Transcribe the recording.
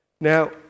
Now